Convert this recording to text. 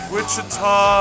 Wichita